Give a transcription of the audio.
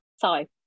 sorry